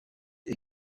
est